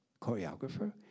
choreographer